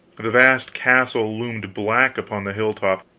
the vast castle loomed black upon the hilltop,